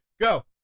Go